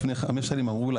לפני חמש שנים אמרו לה,